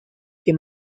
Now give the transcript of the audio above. que